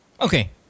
okay